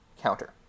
counter